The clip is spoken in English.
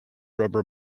rubber